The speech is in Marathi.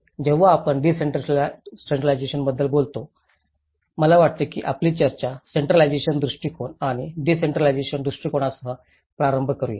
जेव्हा आपण डिसेंट्रलाजेशनबद्दल बोललो मला वाटते की आपली चर्चा सेंट्रलाजेशन दृष्टिकोन आणि डिसेंट्रलाजेशन दृष्टिकोनासह प्रारंभ करूया